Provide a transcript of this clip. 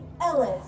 Ellis